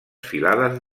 filades